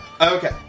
Okay